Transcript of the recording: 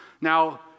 Now